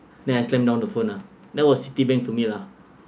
then I slammed down the phone ah that was citibank to me lah